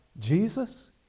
Jesus